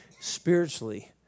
spiritually